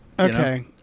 Okay